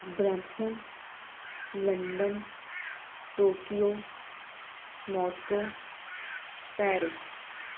Brampton London Tokyo Moscow Paris